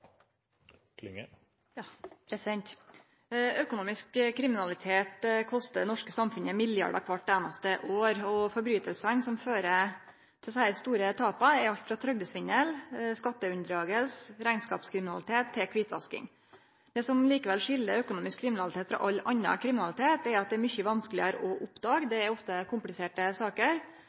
Økonomisk kriminalitet kostar det norske samfunnet milliardar kvart einaste år. Brotsverka som fører til desse store tapa, er alt frå trygdesvindel, skatteunndraging og rekneskapskriminalitet til kvitvasking. Det som likevel skil økonomisk kriminalitet frå all annan kriminalitet, er at det er mykje vanskelegare å oppdage. Det er ofte kompliserte saker,